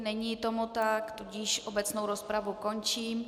Není tomu tak, tudíž obecnou rozpravu končím.